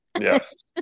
Yes